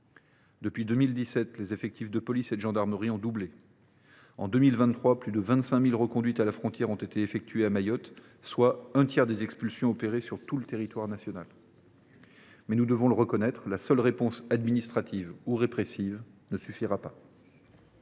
Depuis 2017, les effectifs de police et de gendarmerie ont doublé. En 2023, plus de 25 000 reconduites à la frontière ont été effectuées à Mayotte, soit un tiers des expulsions prononcées sur l’ensemble du territoire national. Nous devons cependant le reconnaître : la seule réponse administrative ou répressive ne suffira pas.